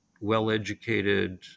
well-educated